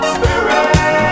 Spirit